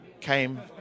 came